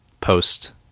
post